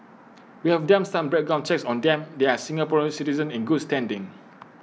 we have done some background checks on them and they are Singapore citizens in good standing